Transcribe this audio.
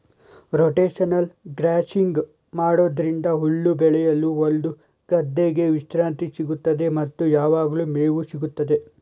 rotational grazing ಮಾಡೋದ್ರಿಂದ ಹುಲ್ಲು ಬೆಳೆಯಲು ಒಂದು ಗದ್ದೆಗೆ ವಿಶ್ರಾಂತಿ ಸಿಗುತ್ತದೆ ಮತ್ತು ಯಾವಗ್ಲು ಮೇವು ಸಿಗುತ್ತದೆ